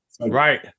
right